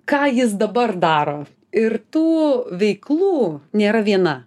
ką jis dabar daro ir tų veiklų nėra viena